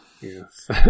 Yes